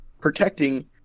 protecting